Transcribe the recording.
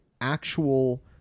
actual